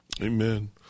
Amen